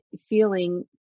feeling